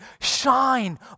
shine